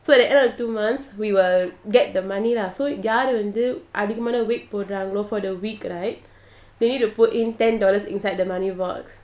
so at the end of two months we will get the money lah so யாருவந்துஅதிகமான:yaru vandhu adhigamana weight போடறாங்களோ:podrangalo for the week right they need to put in ten dollars inside the money box